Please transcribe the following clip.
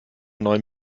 neuen